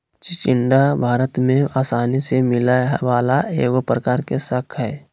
चिचिण्डा भारत में आसानी से मिलय वला एगो प्रकार के शाक हइ